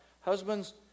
Husbands